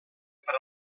per